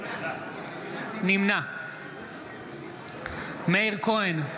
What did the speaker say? נמנע מאיר כהן,